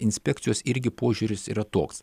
inspekcijos irgi požiūris yra toks